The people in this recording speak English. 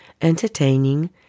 entertaining